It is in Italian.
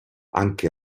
anche